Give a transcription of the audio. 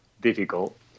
difficult